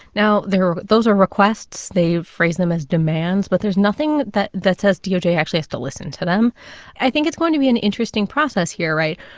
now, there are those are requests. they phrase them as demands. but there's nothing that that says doj actually has to listen to them i think it's going to be an interesting process here right?